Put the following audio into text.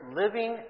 living